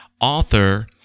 author